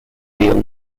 real